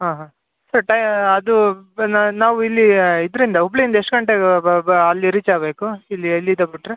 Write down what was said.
ಹಾಂ ಹಾಂ ಸರಿ ಟೈ ಅದೂ ನಾವು ಇಲ್ಲಿ ಇದರಿಂದ ಹುಬ್ಬಳ್ಳಿಯಿಂದ ಎಷ್ಟು ಗಂಟೆಗೆ ಅ ಬ ಬ ಅಲ್ಲಿ ರೀಚ್ ಆಗಬೇಕು ಇಲ್ಲಿ ಎಲ್ಲಿದ ಬಿಟ್ರೆ